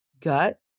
gut